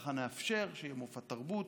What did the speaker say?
ככה נאפשר שיהיה מופע תרבות,